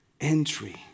entry